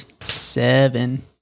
seven